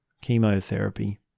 chemotherapy